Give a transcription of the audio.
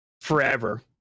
forever